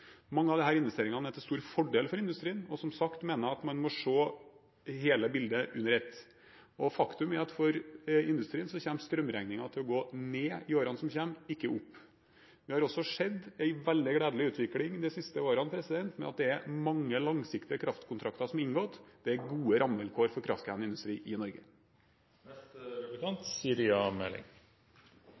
Mange av disse investeringene er til stor fordel for industrien, og som sagt mener jeg at man må se hele bildet under ett. Faktum er at for industrien kommer strømregningen til å gå ned i årene som kommer – ikke opp. Vi har også sett en veldig gledelig utvikling de siste årene, ved at det er mange langsiktige kraftkontrakter som er inngått. Det er gode rammevilkår for kraftkrevende industri i